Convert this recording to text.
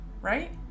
right